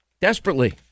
desperately